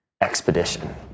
Expedition